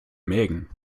mägen